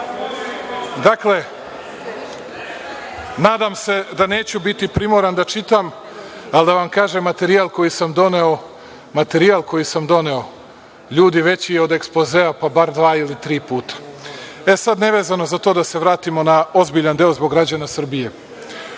Jaoj. Dakle, nadam se da neću biti primoran da čitam, ali da vam kažem, materijal koji sam doneo, ljudi, veći je od Ekspozea pa bar dva ili tri puta. Sad, nevezano za to, da se vratimo na ozbiljan deo zbog građana Srbije.